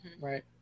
Right